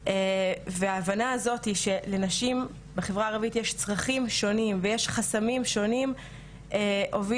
וההבנה הזאת שלנשים בחברה הערבית יש צרכים שונים ויש חסמים שונים והתקציבים